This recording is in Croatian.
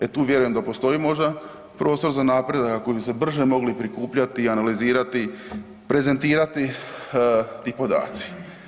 E tu vjerujem da postoji možda prostor za napredak kako bi se brže mogli prikupljati i analizirati, prezentirati ti podaci.